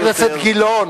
חבר הכנסת גילאון,